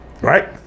Right